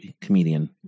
comedian